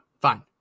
Fine